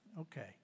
Okay